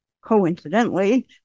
coincidentally